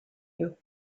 you